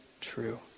true